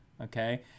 Okay